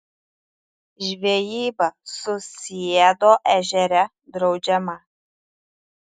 žvejyba susiedo ežere draudžiama